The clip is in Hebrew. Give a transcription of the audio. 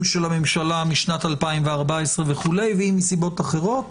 של הממשלה משנת 2014 וכו' ואם מסיבות אחרות?